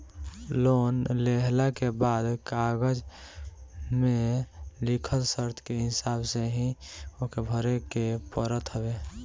loan लेहला के बाद कागज में लिखल शर्त के हिसाब से ही ओके भरे के पड़त हवे